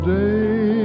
day